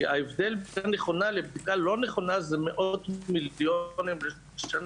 כי ההבדל בין בדיקה נכונה לבדיקה לא נכונה זה מאות מיליונים לשנה,